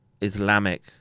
Islamic